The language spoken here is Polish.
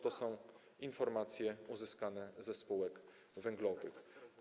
To są informacje uzyskane ze spółek węglowych.